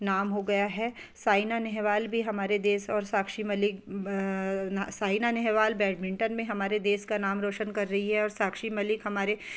नाम हो गया है साइना नेहवाल भी हमारे देश और साक्षी मलिक साइना नेहवाल बैडमिंटन में हमारे देश का नाम रोशन कर रही है और साक्षी मलिक हमारे